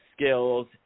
skills